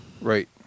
Right